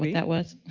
what that was?